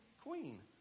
queen